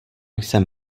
jsem